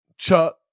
Chuck